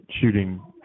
shooting